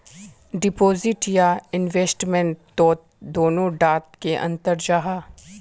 Deposit या investment तोत दोनों डात की अंतर जाहा?